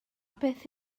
beth